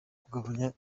kugabanya